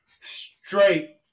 straight